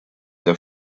для